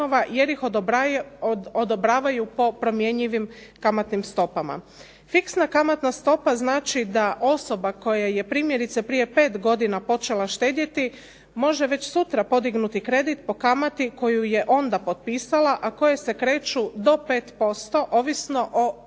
jer ih odobravaju po promjenjivim kamatnim stopama. Fiksna kamatna stopa znači da osoba koja je primjerice prije 5 godina počela štedjeti, može već sutra podignuti kredit po kamati koju je onda potpisala a koje se kreću do 5% ovisno o odabranom